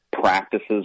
practices